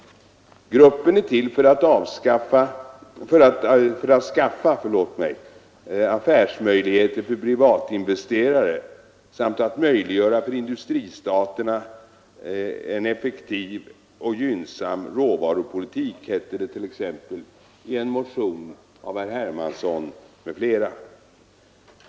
”Gruppen är till för att skaffa affärsmöjligheter för privatinvesterare samt att möjliggöra en för industristaterna effektiv och gynnsam råvarupolitik”, heter det t.ex. i en motion av herr Hermansson m.fl.